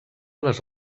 les